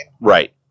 Right